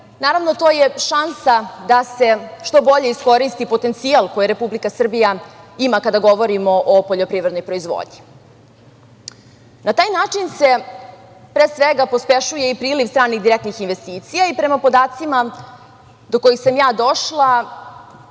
naravno to je šansa da se što bolje iskoristi potencijal koje Republika Srbija ima kada govorimo o poljoprivrednoj proizvodnji. Na taj način se pre svega pospešuje i priliv stranih, direktnih investicija i prema podacima do kojih sam ja došla